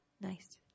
Nice